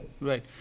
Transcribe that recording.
Right